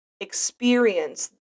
experience